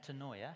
metanoia